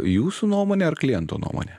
jūsų nuomonė ar kliento nuomonė